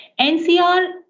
NCR